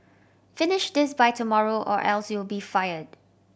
finish this by tomorrow or else you'll be fired